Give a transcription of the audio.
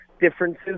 differences